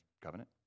covenant